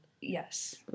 Yes